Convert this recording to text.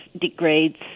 degrades